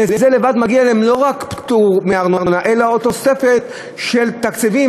על זה בלבד מגיע להם לא רק פטור מארנונה אלא תוספת של תקציבים,